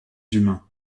humains